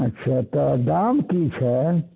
अच्छा तऽ दाम की छै